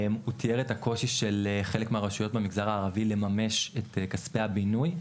הוא תיאר את הקושי של חלק מהרשויות במגזר הערבי לממש את כספי הבינוי,